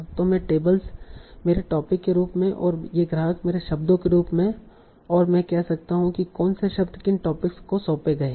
तो ये टेबल्स मेरे टोपिक के रूप में और ये ग्राहक मेरे शब्दों के रूप में और मैं कह सकता हूँ कि कौन से शब्द किन टॉपिक्स को सौंपे गए हैं